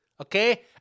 Okay